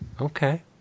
Okay